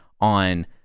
on